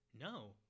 no